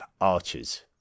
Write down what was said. archers